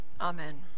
Amen